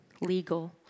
legal